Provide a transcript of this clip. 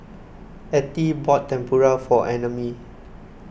Ettie bought Tempura for Annamae